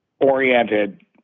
oriented